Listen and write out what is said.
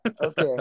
Okay